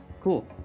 cool